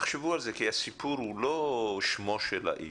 תחשבו על זה כי הסיפור הוא לא שמו של האיש,